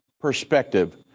perspective